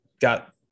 got